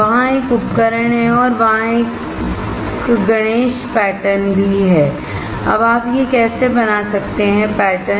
वहाँ एक उपकरण है और वहाँ एक गणेश पैटर्न भी है अब आप यह कैसे बना सकते हैं पैटर्न